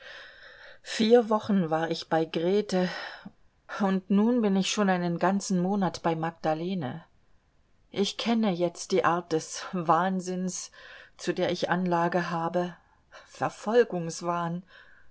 vier wochen war ich bei grete und nun bin ich schon einen ganzen monat bei magdalene ich kenne jetzt die art des wahnsinns zu der ich anlage habe